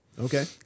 Okay